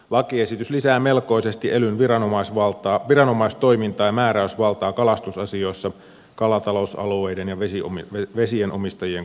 lakiesitys lisää melkoisesti elyn viranomaistoimintaa ja määräysvaltaa kalastusasioissa kalatalousalueiden ja vesien omistajien kustannuksella